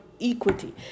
equity